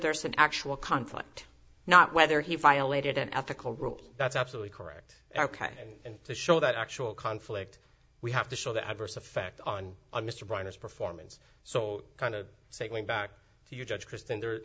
there's an actual conflict not whether he violated an ethical rule that's absolutely correct ok and to show that actual conflict we have to show the adverse effect on mr brown his performance so kind of say going back to your judge kristen there